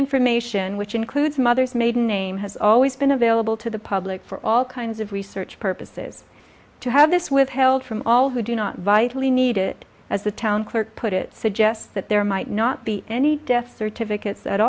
information which includes mother's maiden name has always been available to the public for all kinds of research purposes to have this withheld from all who do not vitally need it as the town clerk put it suggests that there might not be any death certificates at